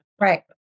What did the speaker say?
Right